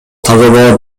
тазалоо